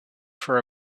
for